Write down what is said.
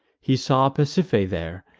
he saw pasiphae there,